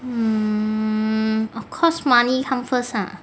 mm of course money comes first ah